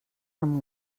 amb